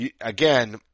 Again